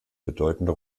bedeutende